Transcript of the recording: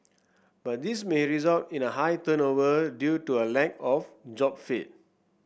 but this may result in a high turnover due to a lack of job fit